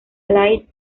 light